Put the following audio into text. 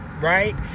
right